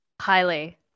Highly